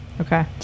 Okay